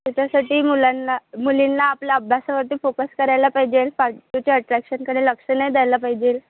त्याच्यासाटी मुलांना मुलींना आपल्या अभ्यासावरती फोकस करायला पायजेल पार्टचे अट्रॅक्शनकडे लक्ष नाई द्यायला पायजेल